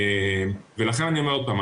אני אומר עוד פעם,